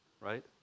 right